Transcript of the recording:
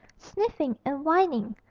sniffing and whining,